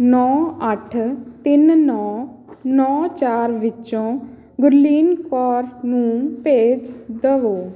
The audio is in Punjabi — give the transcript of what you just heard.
ਨੌ ਅੱਠ ਤਿੰਨ ਨੌ ਨੌ ਚਾਰ ਵਿੱਚੋਂ ਗੁਰਲੀਨ ਕੌਰ ਨੂੰ ਭੇਜ ਦੇਵੋ